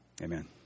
amen